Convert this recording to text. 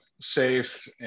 Safe